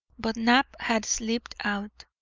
but knapp had slipped out.